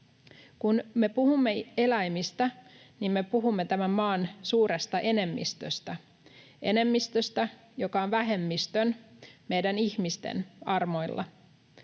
Kun me puhumme eläimistä, niin me puhumme tämän maan suuresta enemmistöstä — enemmistöstä, joka on vähemmistön, meidän ihmisten, armoilla.